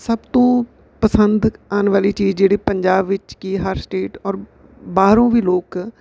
ਸਭ ਤੋਂ ਪਸੰਦ ਆਉਣ ਵਾਲੀ ਚੀਜ਼ ਜਿਹੜੀ ਪੰਜਾਬ ਵਿੱਚ ਕਿ ਹਰ ਸਟੇਟ ਔਰ ਬਾਹਰੋਂ ਵੀ ਲੋਕ